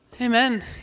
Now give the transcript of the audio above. Amen